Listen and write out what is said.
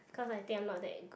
cause I think I'm not that good